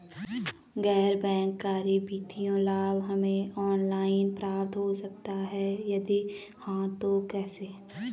गैर बैंक करी वित्तीय लाभ हमें ऑनलाइन प्राप्त हो सकता है यदि हाँ तो कैसे?